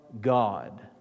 God